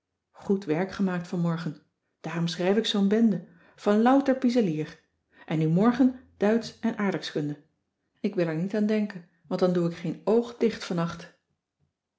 goed werk gemaakt vanmorgen daarom schrijf ik zoo'n bende van louter piezelier en nu morgen duitsch en aardrijkskunde ik wil er niet aan denken want dan doe ik geen oog dicht vannacht